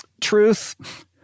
truth